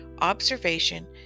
Observation